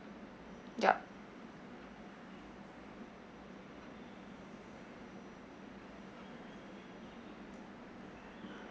yup